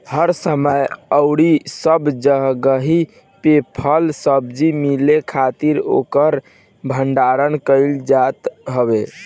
हर समय अउरी सब जगही पे फल सब्जी मिले खातिर ओकर भण्डारण कईल जात हवे